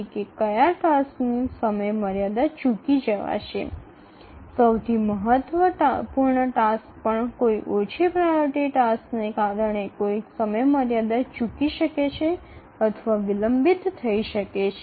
এমনকি খুব গুরুত্বপূর্ণ অগ্রাধিকার কাজটির কারণে খুব গুরুত্বপূর্ণ কাজটি একটি সময়সীমা মিস করতে বা বিলম্ব করতে পারে